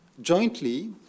jointly